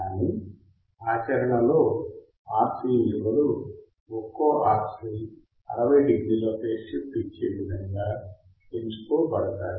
కానీ ఆచరణలో RC విలువలు ఒక్కో RC 60 డిగ్రీ ల ఫేజ్ షిఫ్ట్ ఇచ్చే విధముగా ఎంచుకోబడతాయి